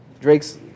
Drake's